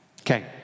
Okay